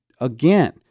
again